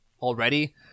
already